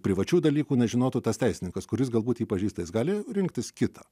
privačių dalykų nežinotų tas teisininkas kuris galbūt jį pažįsta gali rinktis kitą